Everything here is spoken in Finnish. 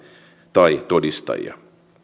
tai todistajia